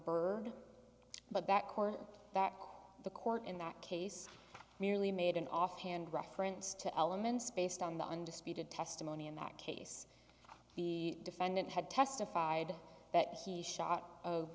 byrd but that court that the court in that case merely made an offhand reference to elements based on the undisputed testimony in that case the defendant had testified that he shot